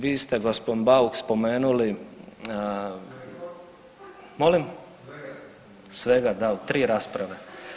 Vi ste gospodin Bauk spomenuli, molim …… [[Upadica sa strane, ne razumije se.]] svega da, u tri rasprave.